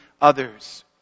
others